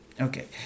Okay